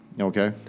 Okay